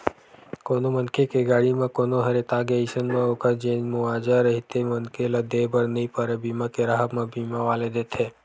कोनो मनखे के गाड़ी म कोनो ह रेतागे अइसन म ओखर जेन मुवाजा रहिथे मनखे ल देय बर नइ परय बीमा के राहब म बीमा वाले देथे